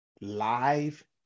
live